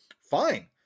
Fine